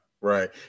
Right